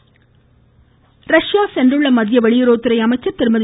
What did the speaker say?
Sushma Russia சென்றுள்ள மத்திய வெளியுறவுத்துறை அமைச்சர் திருமதி